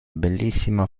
bellissima